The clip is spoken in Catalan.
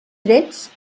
trets